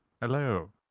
Hello